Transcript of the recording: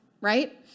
right